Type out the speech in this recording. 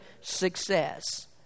success